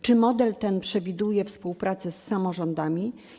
Czy model ten przewiduje współpracę z samorządami?